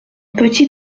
petit